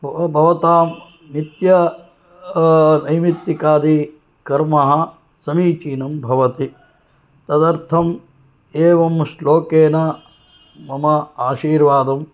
भवतां नित्य नैमित्तिकादि कर्माणि समीचीनं भवन्ति तदर्थम् एवं श्लोकेन मम आशीर्वादं